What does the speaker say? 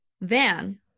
Van